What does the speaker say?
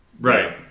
Right